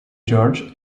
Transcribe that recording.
george